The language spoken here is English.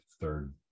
third